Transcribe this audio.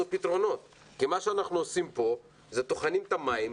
פתרונות כי מה שאנחנו עושים פה זה טוחנים מים,